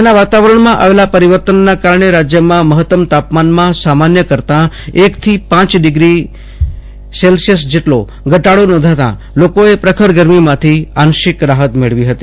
રાજ્યના વાતાવરણમાં આવેલા પરિવર્તના કારણે રાજ્યમાં મહત્વના તાપમાનમાં સામન્ય કરતાં એકથી પાંચ ડિગ્રી સેલ્સિયસ જેટલો ઘટાડો નોંધાતા લોકોએ પ્રખર ગરમીમાથી આંશિક રાહ્ત મેળવી હતી